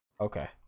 Okay